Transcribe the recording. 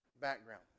background